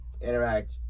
interact